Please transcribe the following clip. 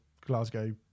Glasgow